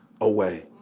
away